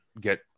get